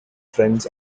friends